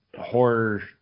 horror